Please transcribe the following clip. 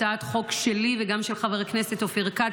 הצעת חוק שלי וגם של חבר הכנסת אופיר כץ,